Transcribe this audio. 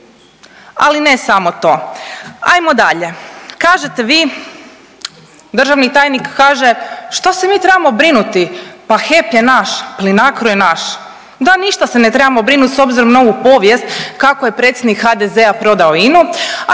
Ali ne samo to, ajmo dalje. Kažete vi državni tajnik kaže, šta se mi trebamo brinuti pa HEP je naš Plinacro je naš, da ništa se ne trebamo brinut s obzirom na ovu povijest kako je predsjednik HDZ-a prodao INA-u.